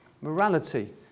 Morality